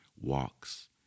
walks